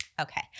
okay